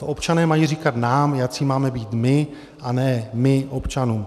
Občané mají říkat nám, jací máme být my, a ne my občanům.